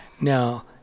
Now